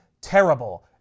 terrible